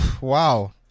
Wow